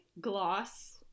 Gloss